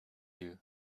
you